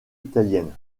italiennes